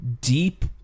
deep